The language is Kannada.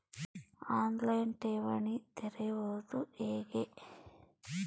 ಆನ್ ಲೈನ್ ಠೇವಣಿ ತೆರೆಯುವುದು ಹೇಗೆ?